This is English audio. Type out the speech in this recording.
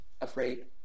afraid